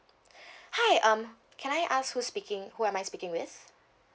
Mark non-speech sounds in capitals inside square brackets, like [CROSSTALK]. [BREATH] hi um can I ask who's speaking who am I speaking with